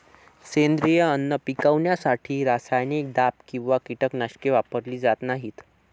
सेंद्रिय अन्न पिकवण्यासाठी रासायनिक दाब किंवा कीटकनाशके वापरली जात नाहीत